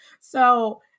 So-